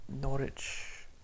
Norwich